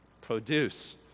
produce